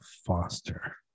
Foster